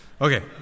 Okay